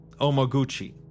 Omoguchi